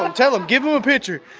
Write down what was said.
um tell him. give him him a picture.